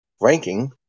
ranking